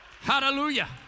Hallelujah